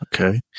Okay